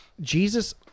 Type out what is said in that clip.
Jesus